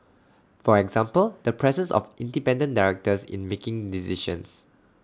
for example the presence of independent directors in making decisions